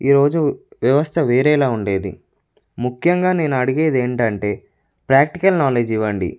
ఈ రోజు వ్యవస్థ వేరేలా ఉండేది ముఖ్యంగా నేను అడిగేది ఏంటంటే ప్రాక్టికల్ నాలెడ్జ్ ఇవ్వండి